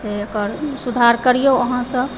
से एकर सुधार करिअऊ अहाँसभ